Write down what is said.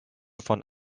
von